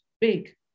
big